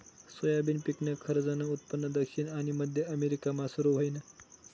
soybean पिकनं खरंजनं उत्पन्न दक्षिण आनी मध्य अमेरिकामा सुरू व्हयनं